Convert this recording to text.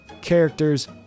characters